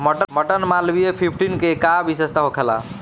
मटर मालवीय फिफ्टीन के का विशेषता होखेला?